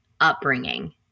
upbringing